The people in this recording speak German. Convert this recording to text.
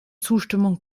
zustimmung